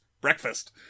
breakfast